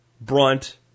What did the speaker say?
brunt